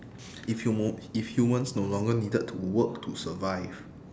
if huma~ if humans no longer needed to work to survive